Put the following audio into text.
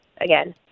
again